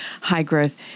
high-growth